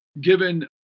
given